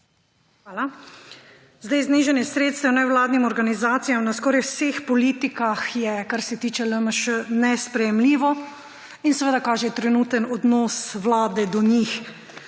Hvala. Znižanje sredstev nevladnim organizacijam na skoraj vseh politikah je, kar se tiče LMŠ, nesprejemljivo in kaže trenuten odnos vlade do njih.